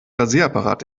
rasierapparat